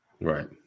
Right